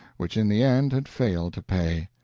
which in the end had failed to pay.